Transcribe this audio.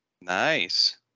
Nice